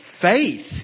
faith